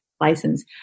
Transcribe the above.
license